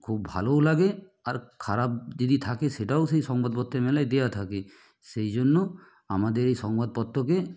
খুব ভালোও লাগে আর খারাপ যদি থাকে সেটাও সেই সংবাদপত্রের মেলায় দেওয়া থাকে সেই জন্য আমাদের এই সংবাদপত্রকে